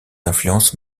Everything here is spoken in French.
influences